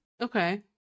okay